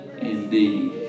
indeed